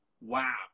wow